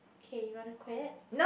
okay you want to quit